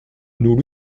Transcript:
nous